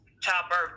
childbirth